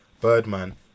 Birdman